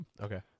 Okay